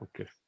okay